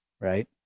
right